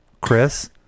Chris